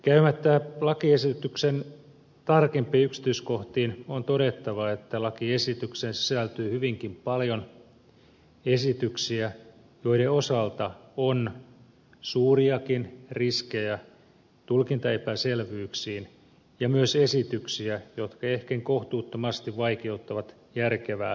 käymättä lakiesityksen tarkempiin yksityiskohtiin on todettava että lakiesitykseen sisältyy hyvinkin paljon esityksiä joiden osalta on suuriakin tulkintaepäselvyyksien riskejä ja myös esityksiä jotka ehken kohtuuttomasti vaikeuttavat järkevää harrastamista